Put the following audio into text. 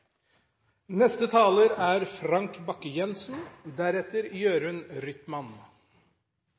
Neste taler er